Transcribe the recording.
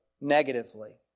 negatively